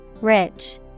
Rich